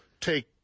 take